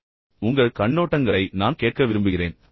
முதலில் உங்கள் கண்ணோட்டங்களை நான் கேட்க விரும்புகிறேன்